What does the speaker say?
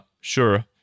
sure